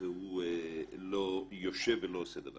והוא יושב ולא עושה דבר.